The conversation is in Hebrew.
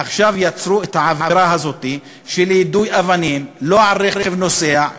עכשיו יצרו את העבירה הזו של יידוי אבנים לא על רכב נוסע,